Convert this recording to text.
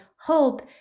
hope